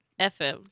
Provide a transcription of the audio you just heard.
FM